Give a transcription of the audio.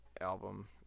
album